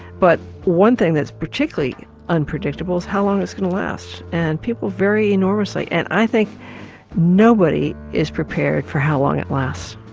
but one thing that's particularly unpredictable is how long it's going to last and people vary enormously and i think nobody is prepared for how long it lasts.